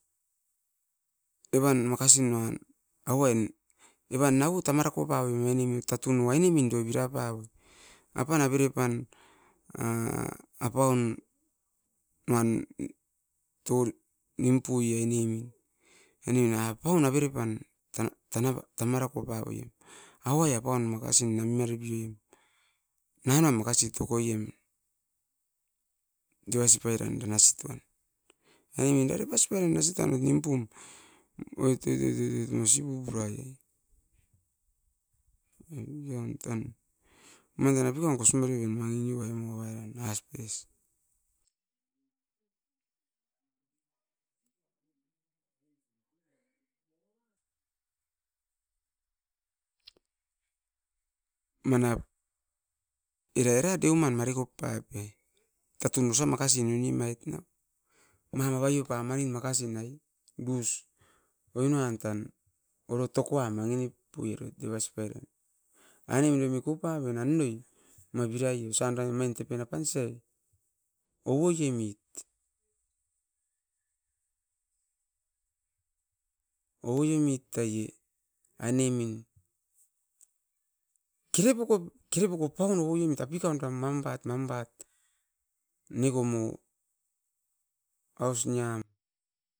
Evan maka sunuan, avai evan nau o tamarako paoim, no tatun no aine min bira pavoi, apan avere pan apaun nuan nim pue ne. Aine apaun avere pan tamarako paoiem. Nanoan makasi devasi pairan makasi toan. Mo tan apikaun kos mare aven mangi nioim moino asples pa. Manap era era deuman, tatun osa makasi nuni emait. Mam avaio pa oinoan tan oro tokoan mangi nip puie. Osan omain tepen apan oun, tepen eram ounoi emait.